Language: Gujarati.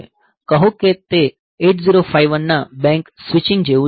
કહો કે તે 8051 ના બેંક સ્વિચિંગ જેવું જ છે